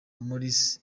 maurice